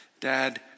Dad